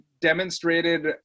demonstrated